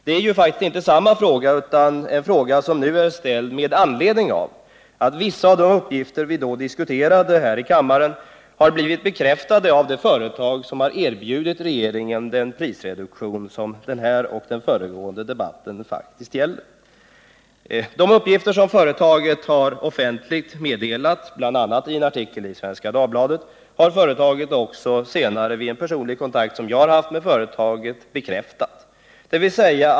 Det är faktiskt inte samma fråga, utan det är en fråga som är ställd med anledning av att vissa av de uppgifter vi då diskuterade här i kammaren nu har blivit bekräftade av det företag som har erbjudit regeringen den prisreduktion som föregående och denna debatt faktiskt gäller. De uppgifter som företaget har meddelat offentligt, bl.a. i en artikel i Svenska Dagbladet, har man också senare bekräftat vid en personlig kontakt som jag haft med företaget.